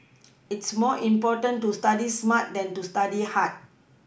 it's more important to study smart than to study hard